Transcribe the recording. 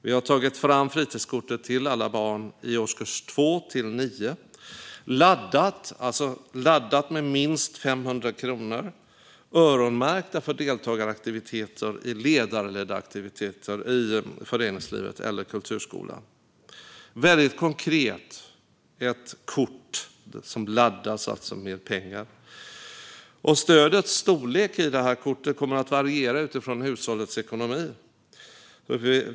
Vi har tagit fram fritidskortet till alla barn i årskurs 2-9, laddat med minst 500 kronor öronmärkta för deltagaravgifter i ledarledda aktiviteter i föreningslivet eller kulturskolan. Det är väldigt konkret. Det är ett kort som laddas med pengar. Stödets storlek i kortet kommer att variera utifrån hushållets ekonomi.